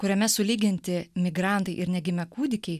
kuriame sulyginti migrantai ir negimę kūdikiai